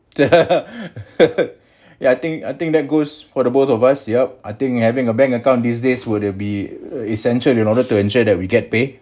ya I think I think that goes for the both of us yup I think having a bank account these days would be essential in order to ensure that we get paid